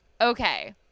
Okay